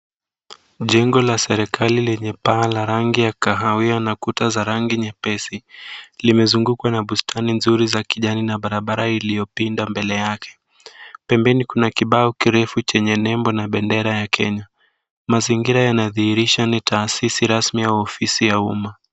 Jengo la serikali lenye paa la rangi ya kahawia na kuta za rangi nyepesi limezungukwa na bustani nzuri za kijani na barabara iliyopinda mbele yake. Pembeni kuna kibao kirefu chenye nembo na bendera ya Kenya. Mazingira yanadhihirisha ni taasisi rasmi au ofisi ya umma.